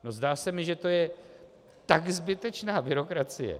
Zdá se mi, že to je tak zbytečná byrokracie.